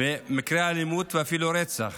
מקרי אלימות ואפילו רצח